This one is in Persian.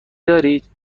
دارید